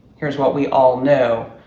here's what we all know.